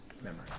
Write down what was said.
memory